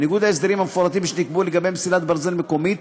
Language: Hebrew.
בניגוד להסדרים המפורטים שנקבעו לגבי מסילת ברזל מקומית,